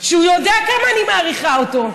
שהוא יודע כמה אני מעריכה אותו.